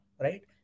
right